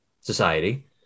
society